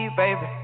baby